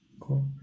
cool